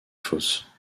fosse